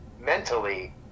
mentally